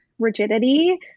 rigidity